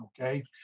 okay